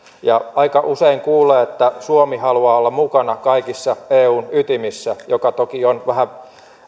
aika usein kuulee että suomi haluaa olla mukana kaikissa eun ytimissä mikä toki on vähän